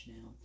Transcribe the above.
Now